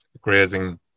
grazing